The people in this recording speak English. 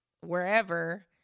wherever